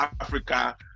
africa